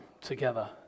together